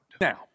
Now